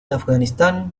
afganistán